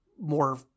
more